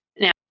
now